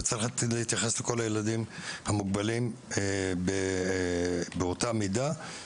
צריך להתייחס לכל הילדים המוגבלים באותה מידה.